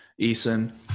Eason